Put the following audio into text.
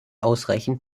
ausreichend